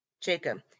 Jacob